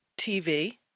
TV